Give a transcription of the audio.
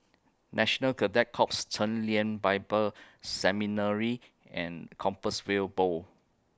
National Cadet Corps Chen Lien Bible Seminary and Compassvale Bow